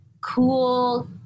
Cool